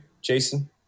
Jason